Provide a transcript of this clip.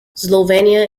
slovenia